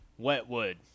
Wetwood